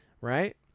Right